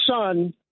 son